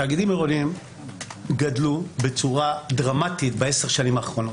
תאגידים עירוניים גדלו בצורה דרמטית בעשר שנים האחרונות.